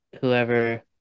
whoever